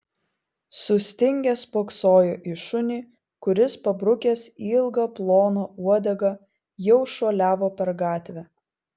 sustingęs spoksojo į šunį kuris pabrukęs ilgą ploną uodegą jau šuoliavo per gatvę